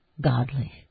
godly